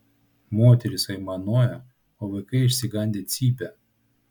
moterys aimanuoja o vaikai išsigandę cypia